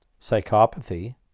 psychopathy